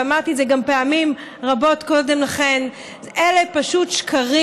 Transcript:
ואמרתי את זה גם פעמים רבות קודם לכן: אלה פשוט שקרים.